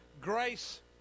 grace